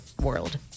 World